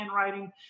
handwriting